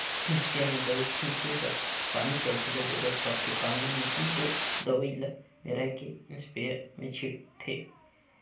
sprayer में दवई छींचे बर पानी कर घलो जरूरत परथे पानी में ही दो दवई ल मेराए के इस्परे मे छींचथें